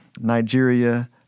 Nigeria